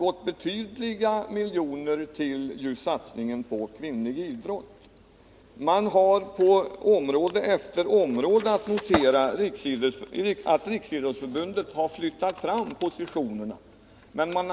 Åtskilliga miljoner har satsats just på kvinnlig idrott. Det kan noteras att Riksidrottsförbundet har flyttat fram positionerna på område efter område.